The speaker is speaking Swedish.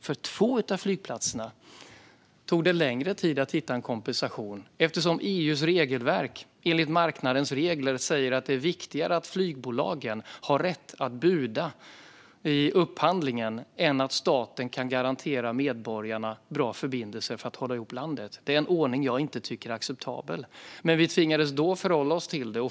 För två av flygplatserna tog det längre tid att hitta en kompensation eftersom EU:s regelverk och marknadens regler säger att det är viktigare att flygbolagen har rätt att buda i upphandlingen än att staten kan garantera medborgarna bra förbindelser för att hålla ihop landet. Det är en ordning som jag inte tycker är acceptabel, men vi tvingades då att förhålla oss till den.